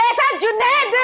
ah fat junaid